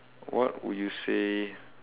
what will you say